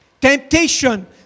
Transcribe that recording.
Temptation